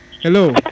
Hello